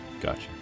Gotcha